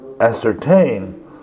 ascertain